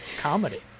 Comedy